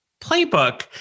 playbook